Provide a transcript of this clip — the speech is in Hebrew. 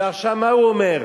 ועכשיו מה הוא אומר?